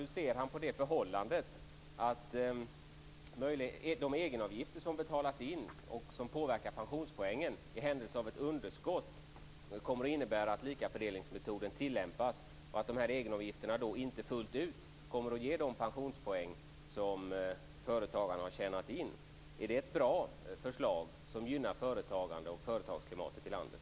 Hur ser han på det förhållandet att i händelse av ett underskott kommer likafördelningsmetoden att tilllämpas för de egenavgifter som betalas in och som påverkar pensionspoängen, och att dessa egenavgifter då inte fullt ut kommer att ge de pensionspoäng som företagaren har tjänat in? Är det ett bra förslag som gynnar företagandet och företagsklimatet i landet?